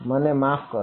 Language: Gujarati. મને માફ કરો